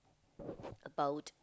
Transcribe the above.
about